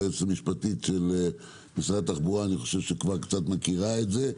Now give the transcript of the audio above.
היועצת המשפטית של משרד התחבורה כבר קצת מכירה את זה,